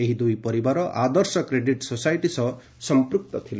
ଏହି ଦୁଇ ପରିବାର ଆଦର୍ଶ କ୍ରେଡିଟ୍ ସୋସାଇଟି ସହ ସମ୍ପୂକ୍ତ ଥିଲେ